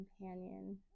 companion